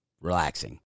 relaxing